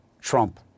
Trump